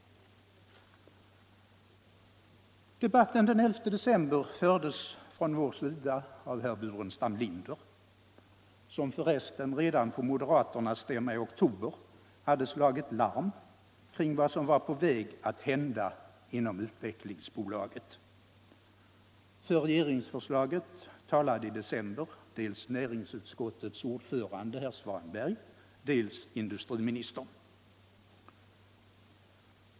Debatten den 11 december i fjol fördes från vår sida av herr Burenstam Linder, som för resten redan på moderaternas stämma i oktober hade slagit larm om vad som var på väg att hända inom Svenska Utvecklingsaktiebolaget. För regeringsförslaget talade i december dels näringsutskottets ordförande herr Svanberg, dels industriministern.